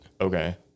Okay